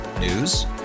News